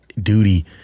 duty